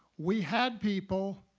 we had people,